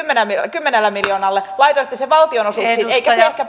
kymmenellä miljoonalla laitoitte sen valtionosuuksiin eikä se ehkä